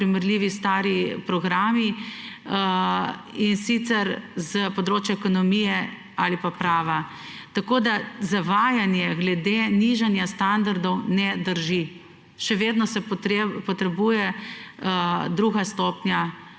primerljivi stari programi, in sicer s področja ekonomije ali pa prava. Tako zavajanje glede nižanja standardov ne drži. Še vedno se potrebuje druga stopnja